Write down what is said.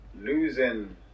losing